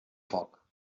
foc